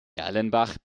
erlenbach